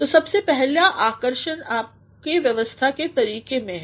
तो सबसे पहला आकर्षण आपके व्यवस्था के तरीके में है